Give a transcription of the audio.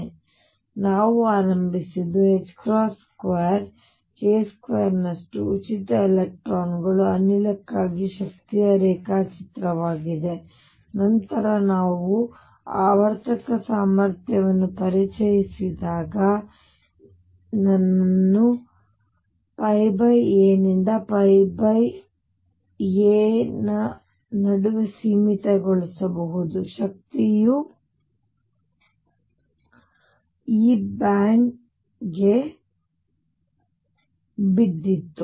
ಆದ್ದರಿಂದ ನಾವು ಆರಂಭಿಸಿದ್ದು2k22m ನಷ್ಟು ಉಚಿತ ಎಲೆಕ್ಟ್ರಾನ್ ಅನಿಲಕ್ಕಾಗಿ ಶಕ್ತಿಯ ರೇಖಾಚಿತ್ರವಾಗಿದೆ ಮತ್ತು ನಂತರ ನಾವು ಆವರ್ತಕ ಸಾಮರ್ಥ್ಯವನ್ನು ಪರಿಚಯಿಸಿದಾಗ ನಾನು ಈಗ ನನ್ನನ್ನು πa ನಿಂದ πa ನಡುವೆ ಸೀಮಿತಗೊಳಿಸಬಹುದು ಶಕ್ತಿಯು ಈ ಬ್ಯಾಂಡ್ ಗೆ ಬಿದ್ದಿತು